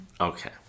Okay